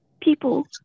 people